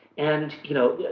and, you know,